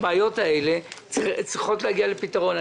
הבעיות האלו צריכות להגיע לפתרון.